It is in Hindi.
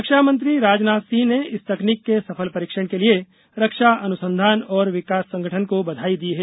रक्षामंत्री राजनाथ सिंह ने इस तकनीक के सफल परीक्षण के लिए रक्षा अनुसंधान और विकास संगठन को बधाई दी है